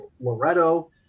Loretto